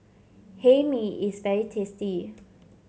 Hae Mee is very tasty